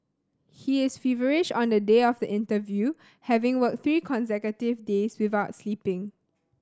he is feverish on the day of the interview having worked three consecutive days without sleeping